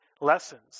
lessons